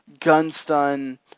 Gunstun